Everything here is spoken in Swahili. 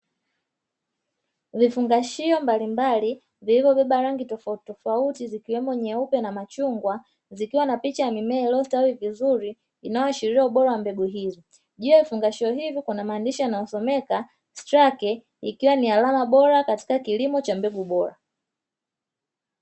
Vifungashio mbalimbali vilivyobeba rangi tofautitofauti ikiwemo nyeupe na machungwa, zikiwa na picha ya mimea iliyostawi vizuri inayoashiria ubora wa mbegu hizo, juu ya vifungashio hivyo kuna maandishi yanayosomeka strake ikiwa ni alama bora katika kilimo cha mbegu bora.